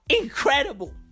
incredible